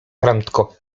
prędko